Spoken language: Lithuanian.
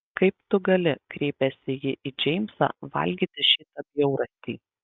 kaip tu gali kreipėsi ji į džeimsą valgyti šitą bjaurastį